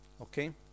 Okay